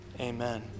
Amen